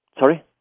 Sorry